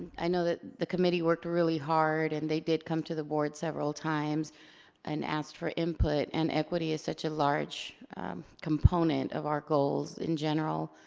i know that the committee worked really hard and they did come to the board several times and asked for input. and equity is such a large component of our goals in general.